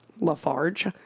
Lafarge